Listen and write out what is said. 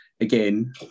again